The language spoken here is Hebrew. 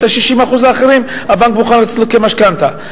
ואת ה-60% האחרים הבנק מוכן לתת לו כמשכנתה.